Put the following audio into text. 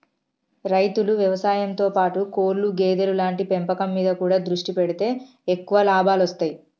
రైతులు వ్యవసాయం తో పాటు కోళ్లు గేదెలు లాంటి పెంపకం మీద కూడా దృష్టి పెడితే ఎక్కువ లాభాలొస్తాయ్